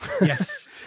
yes